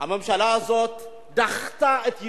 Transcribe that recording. הממשלה הנוכחית הזאת בלבד.